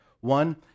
One